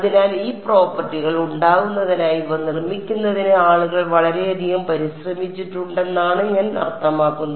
അതിനാൽ ഈ പ്രോപ്പർട്ടികൾ ഉണ്ടാകുന്നതിനായി ഇവ നിർമ്മിക്കുന്നതിന് ആളുകൾ വളരെയധികം പരിശ്രമിച്ചിട്ടുണ്ടെന്നാണ് ഞാൻ അർത്ഥമാക്കുന്നത്